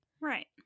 Right